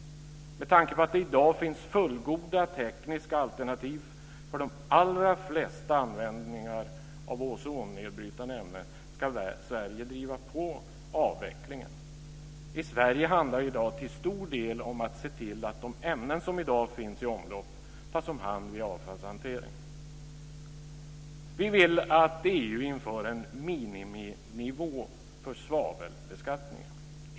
Med tanke på att det i dag finns fullgoda tekniska alternativ när det gäller de allra flesta användningar av ozonnedbrytande ämnen ska Sverige driva på avvecklingen. I Sverige handlar det i dag till stor del om att se till att de ämnen som i dag finns i omlopp tas om hand via avfallshantering. Vi vill att EU inför en miniminivå för svavelbeskattningen.